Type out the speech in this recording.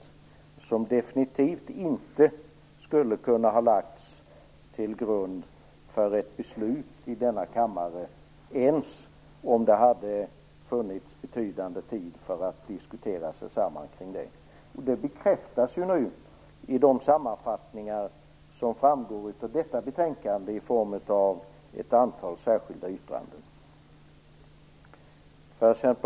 De skulle definitivt inte ha kunnat ligga till grund för beslut i denna kammare, även om det hade funnits betydande tid att diskutera sig samman om dem. Detta bekräftas ju nu av sammanfattningarna, som framgår av betänkandet, i form av ett antal särskilda yttranden.